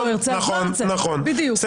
הוא לא ירצה, אז לא ירצה.